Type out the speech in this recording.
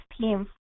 team